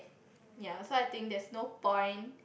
ya so I think there's no point